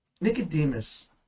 nicodemus